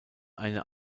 eine